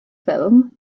ffilm